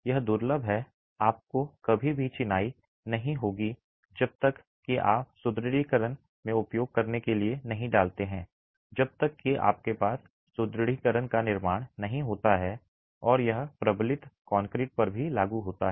यह दुर्लभ है आपको कभी भी चिनाई नहीं होगी जब तक कि आप सुदृढ़ीकरण में उपयोग करने के लिए नहीं डालते हैं जब तक कि आपके पास सुदृढीकरण का निर्माण नहीं होता है और यह प्रबलित कंक्रीट पर भी लागू होता है